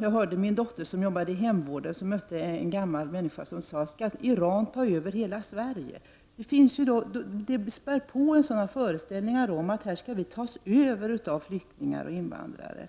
Jag hörde från min dotter som arbetar inom hemvården att hon träffat en gammal människa som frågade om Iran skall ta över hela Sverige. Detta spär på föreställningar om att Sverige skall tas över av flyktingar och invandrare.